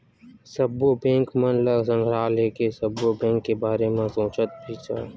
सब्बो बेंक मन ल संघरा लेके, सब्बो बेंक के बारे म सोच बिचार के आर.बी.आई ह नीति बनाथे अउ लागू करथे